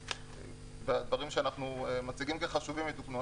הדברים שאנחנו מציגים כחשובים יתוקנו,